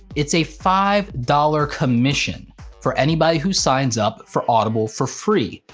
it's a five dollars commission for anybody who signs up for audible for free.